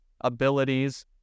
abilities